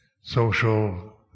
social